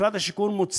ומשרד השיכון מוציא,